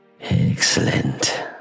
Excellent